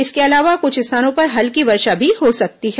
इसके अलावा कुछ स्थानों पर हल्की वर्षा भी हो सकती है